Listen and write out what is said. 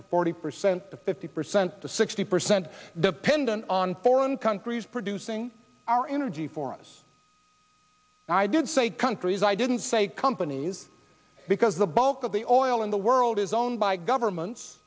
to forty percent to fifty percent to sixty percent dependent on foreign countries producing our energy for us and i did say countries i didn't say companies because the bulk of the oil in the world is owned by governments